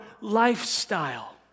lifestyle